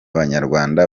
banyarwanda